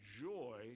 joy